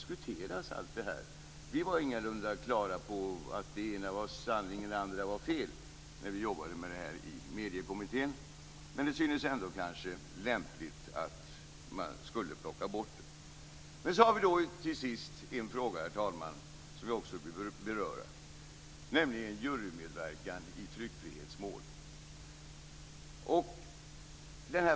När vi jobbade med detta i Mediekommittén var vi ingalunda klara över att det ena var sanning och det andra fel, men det synes kanske ändå lämpligt att plocka bort det. Till sist har vi en fråga som jag också vill beröra, nämligen jurymedverkan i tryckfrihetsmål.